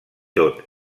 tot